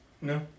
No